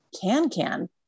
can-can